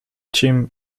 team